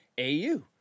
AU